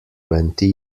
twenty